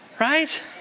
Right